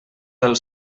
del